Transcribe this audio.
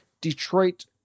Detroit